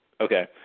Okay